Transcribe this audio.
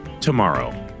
tomorrow